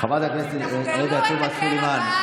כנראה שלא.